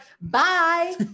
Bye